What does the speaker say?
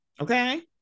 Okay